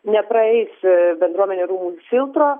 nepraeis bendruomenių rūmų filtro